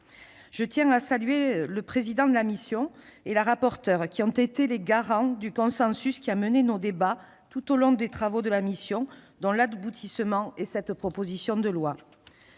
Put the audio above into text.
Je tiens à saluer le président de la mission d'information et sa rapporteure, qui ont été les garants du consensus qui a guidé nos débats tout au long des travaux de la mission dont l'aboutissement est cette proposition de loi.